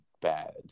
bad